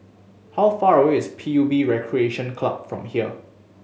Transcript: how far away is P U B Recreation Club from here